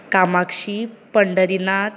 Kamakshi Pandharinath